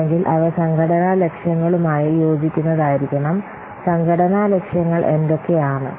അല്ലെങ്കിൽ അവ സംഘടനാ ലക്ഷ്യങ്ങളുമായി യോജിക്കുന്നതായിരിക്കണം സംഘടനാ ലക്ഷ്യങ്ങൾ എന്തൊക്കെയാണ്